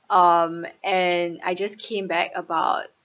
um and I just came back about